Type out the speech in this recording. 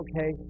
okay